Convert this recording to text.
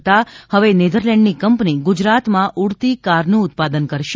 થતા હવે નેધરલેન્ડની કંપની ગુજરાતમાં ઉડતી કારનું ઉત્પાદન કરશે